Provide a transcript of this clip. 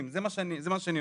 יש ניצול של זה על מנת לפגוע